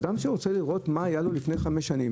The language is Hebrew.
אדם שרוצה לראות מה היה לו לפני חמש שנים,